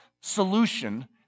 solution